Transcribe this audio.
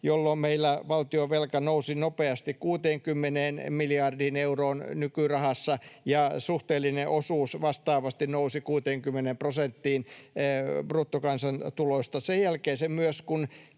jolloin meillä valtionvelka nousi nopeasti 60 miljardiin euroon nykyrahassa ja suhteellinen osuus vastaavasti nousi 60 prosenttiin bruttokansantulosta. Sen jälkeen